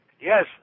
Yes